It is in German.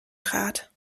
trat